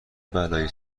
بلایی